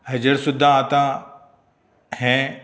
हाजेर सुद्दां आतां हें